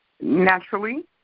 naturally